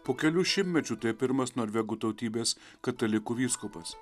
po kelių šimtmečių tai pirmas norvegų tautybės katalikų vyskupas